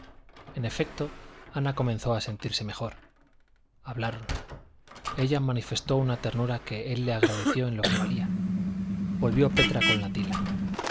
en efecto ana comenzó a sentirse mejor hablaron ella manifestó una ternura que él le agradeció en lo que valía volvió petra con la tila